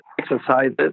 exercises